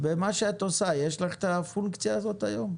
במה שאת עושה, יש לך את הפונקציה הזאת היום?